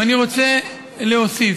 ואני רוצה להוסיף: